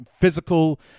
physical